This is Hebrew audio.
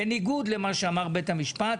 בניגוד למה שאמר בית המשפט.